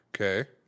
Okay